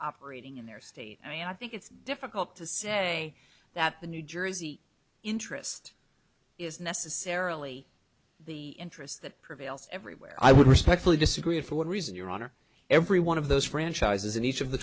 operating in their state and i think it's difficult to say that the new jersey interest is necessarily the interests that prevails everywhere i would respectfully disagree and for one reason your honor every one of those franchises in each of the